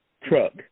truck